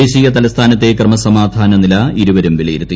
ദേശീയ തലസ്ഥാനത്തെ ക്രമസമാധാന നില ഇരുവരും വിലയിരുത്തി